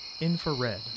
Infrared